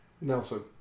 Nelson